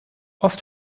oft